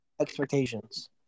expectations